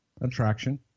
Attraction